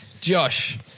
Josh